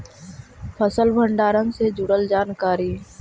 फसल भंडारन से जुड़ल जानकारी?